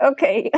Okay